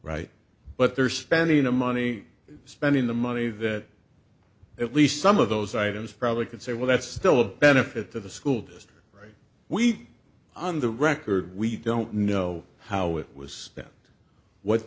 right but they're spending the money spending the money that at least some of those items probably could say well that's still a benefit to the school to us but we on the record we don't know how it was what